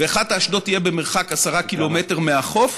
ואחת האסדות תהיה במרחק עשרה קילומטר מהחוף,